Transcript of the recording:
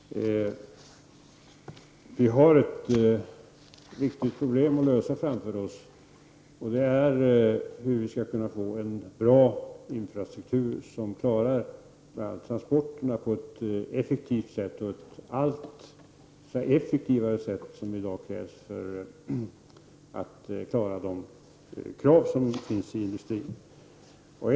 Fru talman! Vi har framför oss ett viktigt problem att lösa, nämligen hur vi skall kunna få en bra infrastruktur som bl.a. klarar transporterna på ett effektivt sätt. Det är i dag nödvändigt med allt effektivare metoder för att möta de krav industrin ställer.